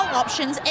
options